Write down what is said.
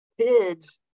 kids